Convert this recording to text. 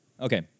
Okay